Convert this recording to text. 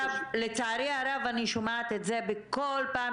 לצערי הרב אני שומעת את זה בכל פעם